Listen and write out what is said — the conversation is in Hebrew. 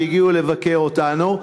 שהגיעו לבקר אותנו,